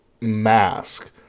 mask